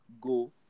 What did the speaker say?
go